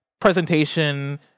presentation